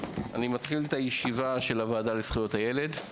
אני פותח את הישיבה של הוועדה לזכויות הילד.